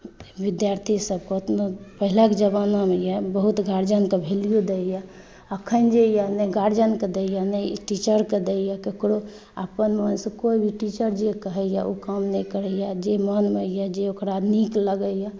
विद्यार्थी सभके पहिलेके जमानामे यऽ बहुत गार्जिअनके वैल्यू दैए अखन जे यऽ नहि गार्जिअनके वैल्यू दैए नहि टीचरके दैए ओकरो अपन मन से कोई भी टीचर जे कहैए ओ काम नहि करैए जे मनमे यऽ जे ओकरा नीक लगैए